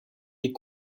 est